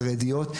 חרדיות.